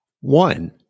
One